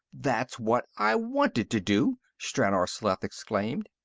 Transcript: that's what i wanted to do! stranor sleth exclaimed.